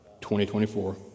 2024